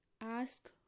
Ask